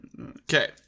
Okay